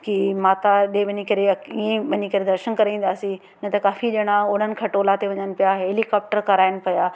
कि माता ॾे वञी करे कीअं वञी करे दर्शन करे ईंदासीं न त काफ़ी ॼणा उड़न खटोला ते वञनि पिया हेलीकॉप्टर कराइनि पिया